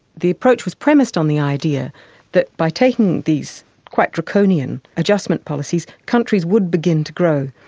the approach was premised on the idea that by taking these quite draconian adjustment policies, countries would begin to grow,